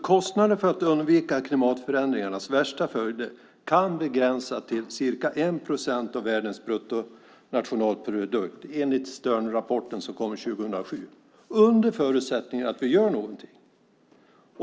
Kostnaden för att undvika klimatförändringarnas värsta följder kan begränsas till ca 1 procent av världens bruttonationalprodukt enligt Sternrapporten som kom 2007, men det är under förutsättning att vi gör någonting.